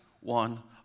one